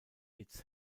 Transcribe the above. its